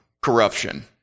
corruption